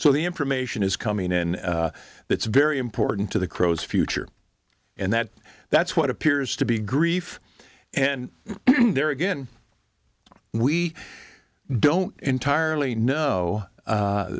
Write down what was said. so the information is coming in that's very important to the crows future and that that's what appears to be grief and there again we don't entirely kno